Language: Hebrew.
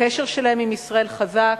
הקשר שלהם עם ישראל חזק.